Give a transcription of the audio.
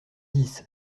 dix